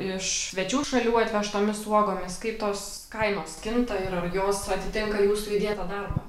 iš svečių šalių atvežtomis uogomis kaip tos kainos kinta ir ar jos atitinka jūsų įdėtą darbą